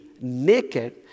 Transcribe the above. naked